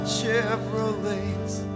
Chevrolet's